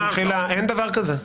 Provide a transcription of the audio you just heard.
במחילה, אין דבר כזה.